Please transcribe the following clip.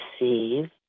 receive